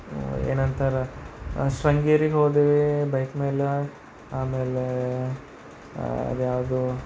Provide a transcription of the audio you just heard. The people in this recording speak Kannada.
ಏನಂತಾರೆ ಶೃಂಗೇರಿಗೆ ಹೋದ್ವಿ ಬೈಕ್ ಮೇಲೆ ಆಮೇಲೆ ಅದು ಯಾವುದೂ